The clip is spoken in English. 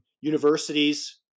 Universities